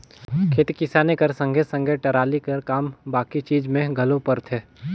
खेती किसानी कर संघे सघे टराली कर काम बाकी चीज मे घलो परथे